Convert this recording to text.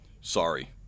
sorry